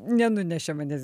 nenunešė manęs